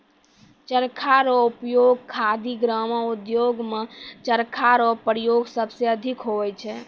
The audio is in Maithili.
चरखा रो उपयोग खादी ग्रामो उद्योग मे चरखा रो प्रयोग सबसे अधिक हुवै छै